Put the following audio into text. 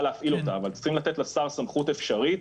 להפעיל אותה אבל צריכים לתת לשר סמכות אפשרית